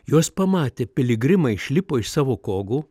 juos pamatę piligrimai išlipo iš savo kogų